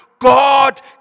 God